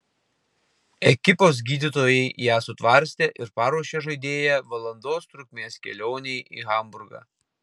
ekipos gydytojai ją sutvarstė ir paruošė žaidėją valandos trukmės kelionei į hamburgą